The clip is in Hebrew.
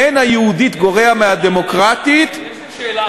אין ה"יהודית" גורע מה"דמוקרטית" יש לי שאלה אליך.